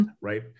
right